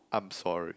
I'm sorry